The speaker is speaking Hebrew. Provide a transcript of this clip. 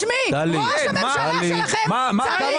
טלי, אני קראתי לך לסדר.